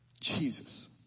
Jesus